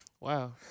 Wow